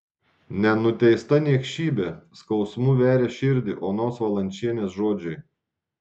nenuteista niekšybė skausmu veria širdį onos valančienės žodžiai